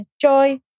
joy